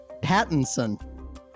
pattinson